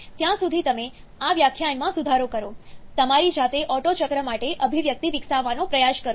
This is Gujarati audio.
ત્યાં સુધી તમે આ વ્યાખ્યાનમાં સુધારો કરો તમારી જાતે ઓટ્ટો ચક્ર માટે અભિવ્યક્તિ વિકસાવવાનો પ્રયાસ કરો